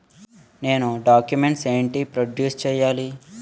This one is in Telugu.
నేను డాక్యుమెంట్స్ ఏంటి ప్రొడ్యూస్ చెయ్యాలి?